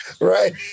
Right